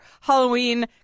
Halloween